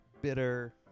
bitter